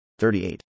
38